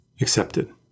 accepted